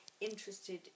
interested